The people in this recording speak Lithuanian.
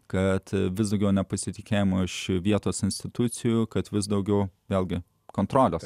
kad vis daugiau nepasitikėjimo iš vietos institucijų kad vis daugiau vėlgi kontrolės